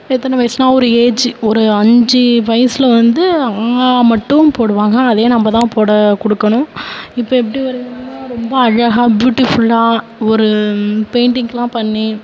எத்தனை வயசுனால் ஒரு ஏஜ்ஜு ஒரு அஞ்சு வயசில் வந்து அ மட்டும் போடுவாங்கள் அதே நம்ம தான் போட கொடுக்கணும் இப்போ எப்படி வருதுனால் ரொம்ப அழகாக ப்யூட்டிஃபுல்லாக ஒரு பெயிண்டிங்லாம் பண்ணி